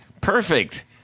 Perfect